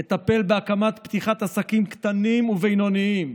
נטפל בהקמת פתיחת עסקים קטנים ובינוניים,